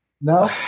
No